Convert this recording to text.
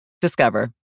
Discover